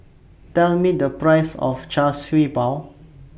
Tell Me The Price of Char Siew Bao